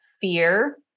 fear